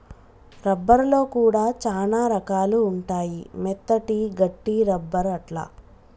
rubber లో కూడా చానా రకాలు ఉంటాయి మెత్తటి, గట్టి రబ్బర్ అట్లా